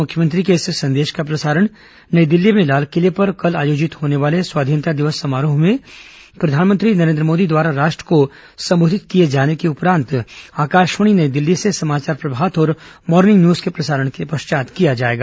मुख्यमंत्री के इस संदेश का प्रसारण नई दिल्ली में लालकिले पर कल आयोजित होने वाले स्वाधीनता दिवस समारोह में प्रधानमंत्री नरेन्द्र मोदी द्वारा राष्ट्र को संबोधित किए जाने के उपरांत आकाशवाणी नई दिल्ली से समाचार प्रभात और मॉनिंग न्यूज के प्रसारण के पश्चात किया जाएगा